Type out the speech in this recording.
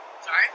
Sorry